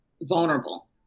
vulnerable